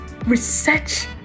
research